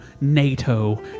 NATO